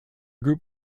group